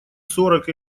сорок